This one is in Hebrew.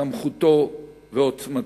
סמכותו ועוצמתו.